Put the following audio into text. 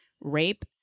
rape